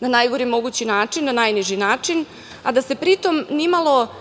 na najgori mogući način, na najniži način, a da se pri tome ni malo